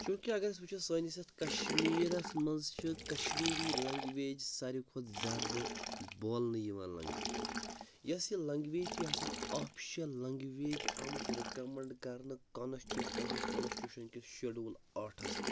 چوٗنٛکہِ اگر أسۍ وٕچھو سٲنِس یَتھ کَشمیٖرَس منٛز چھِ کَشمیٖری لنٛگویج ساروی کھۄتہٕ زیادٕ بولنہٕ یِوان لنٛگویج یۄس یہِ لنٛگویج چھِ یہِ ہَسا چھِ آفِشَل لنٛگویج آمٕژ رِکَمنٛڈ کَرنہٕ کانسٹچوٗشنَس منٛز کانسٹوٗشَن کِس شیڈوٗل ٲٹھَس منٛز